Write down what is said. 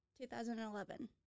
2011